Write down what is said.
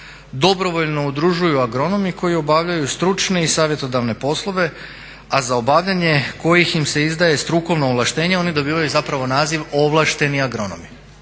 dobrovoljno udružuju agronomi koji obavljaju stručne i savjetodavne poslove, a za obavljanje kojih im se izdaje strukovno ovlaštenje oni dobivaju zapravo naziv ovlašteni agronomi.